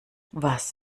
was